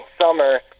summer